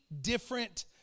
different